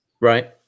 Right